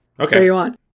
Okay